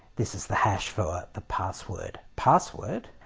this is the hash for the password password.